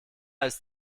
ist